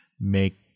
make